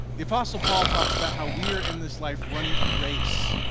the apostle paul talks about how we're in this life running a race,